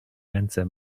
ręce